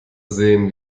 sehen